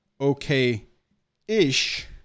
okay-ish